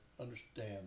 understand